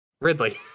Ridley